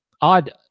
odd